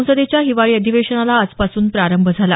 संसदेच्या हिवाळी अधिवेशनाला आजपासून प्रारंभ झाला